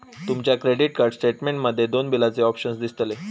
तुमच्या credit card statement मध्ये दोन बिलाचे ऑप्शन दिसतले